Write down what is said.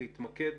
להתמקד